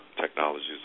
technologies